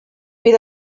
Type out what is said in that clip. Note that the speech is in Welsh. bydd